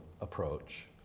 approach